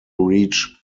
reach